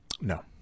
No